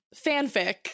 fanfic